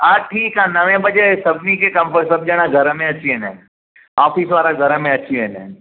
हा ठीकु आहे नव बजे सभिनी खे कंफट सभु ॼणा घर में अची वेंदा आहिनि ऑफिस वारा घर में अची वेंदा आहिनि